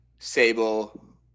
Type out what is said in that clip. Sable